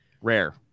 rare